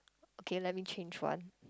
okay let me change one